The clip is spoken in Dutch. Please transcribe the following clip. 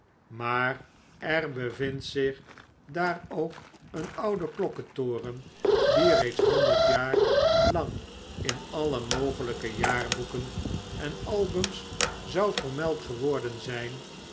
maar er bevindt zich daar ook een oude klokkentoren die reeds honderdjaar lang in alle mogeljjke jaarboeken en albums zou vermeld geworden zyn